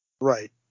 right